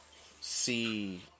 see